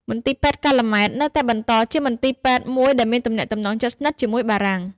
មន្ទីរពេទ្យកាល់ម៉ែត នៅតែបន្តជាមន្ទីរពេទ្យមួយដែលមានទំនាក់ទំនងជិតស្និទ្ធជាមួយបារាំង។